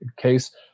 case